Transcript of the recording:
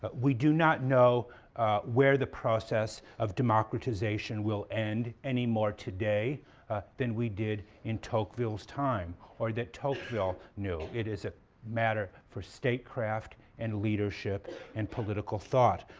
but we do not know where the process of democratization will end any more today than we did in tocqueville's time or that tocqueville knew. it is a matter for statecraft and leadership and political thought.